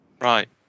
Right